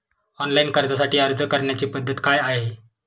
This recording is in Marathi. ऑनलाइन कर्जासाठी अर्ज करण्याची पद्धत काय आहे?